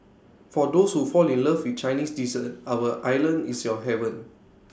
for those who fall in love with Chinese dessert our island is your heaven